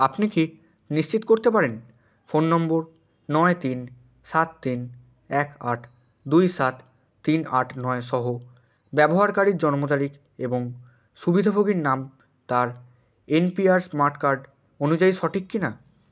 আপনি কি নিশ্চিত করতে পারেন ফোন নম্বর নয় তিন সাত তিন এক আট দুই সাত তিন আট নয় সহ ব্যবহারকারীর জন্মতারিখ এবং সুবিধাভোগীর নাম তার এনপিআর স্মাট কার্ড অনুযায়ী সঠিক কি না